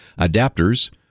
adapters